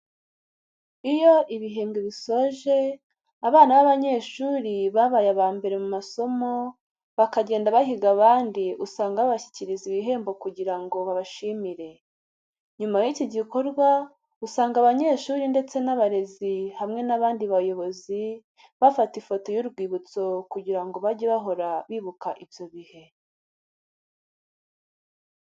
Iyo ibihembwe bisoje abana b'abanyeshuri babaye abambere mu masomo bakagenda bahiga abandi, usanga babashyikiriza ibihembo kugira ngo babashimire. Nyuma y'iki gikorwa usanga abanyeshuri ndetse n'abarezi hamwe n'abandi bayobozi bafata ifoto y'urwibutso kugira ngo bajye bahora bibuka ibyo bihe.